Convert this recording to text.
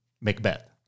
Macbeth